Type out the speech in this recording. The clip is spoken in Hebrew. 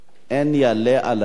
לא יעלה על הדעת